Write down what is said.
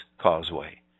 causeway